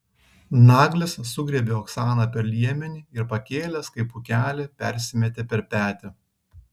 naglis sugriebė oksaną per liemenį ir pakėlęs kaip pūkelį persimetė per petį